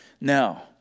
Now